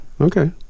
Okay